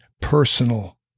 personal